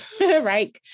right